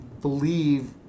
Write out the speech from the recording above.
believe